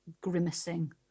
grimacing